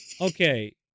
Okay